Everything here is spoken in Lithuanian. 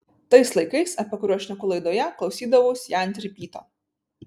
tais laikais apie kuriuos šneku laidoje klausydavaus ją ant ripyto